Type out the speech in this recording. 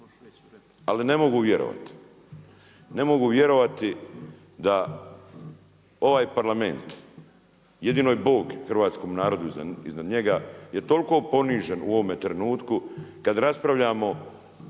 Ali ne mogu vjerovati da ovaj Parlament jedino je Bog hrvatskom narodu iznad njega, je toliko ponižen u ovome trenutku kada raspravljamo